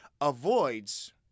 avoids